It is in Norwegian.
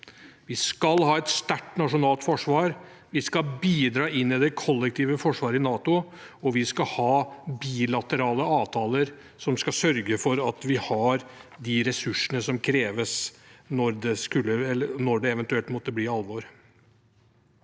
Vi skal ha et sterkt nasjonalt forsvar. Vi skal bidra inn i det kollektive forsvaret i NATO, og vi skal ha bilaterale avtaler som skal sørge for at vi har de ressursene som kreves når det eventuelt måtte bli alvor.